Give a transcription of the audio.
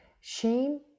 shame